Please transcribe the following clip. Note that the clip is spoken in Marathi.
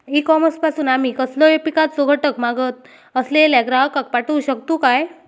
ई कॉमर्स पासून आमी कसलोय पिकाचो घटक मागत असलेल्या ग्राहकाक पाठउक शकतू काय?